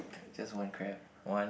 just one crab